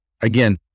Again